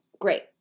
Great